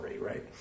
right